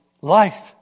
life